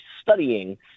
studying